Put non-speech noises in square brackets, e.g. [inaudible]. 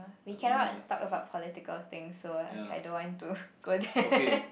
we cannot talk about political things so I don't want to go there [laughs]